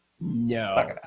No